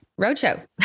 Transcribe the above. roadshow